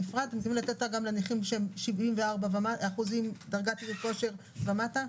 גם לנכים שהם דרגת אי כושר 74% ומטה?